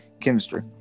chemistry